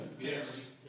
Yes